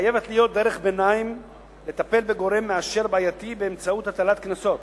חייבת להיות דרך ביניים לטפל בגורם מאשר בעייתי באמצעות הטלת קנסות,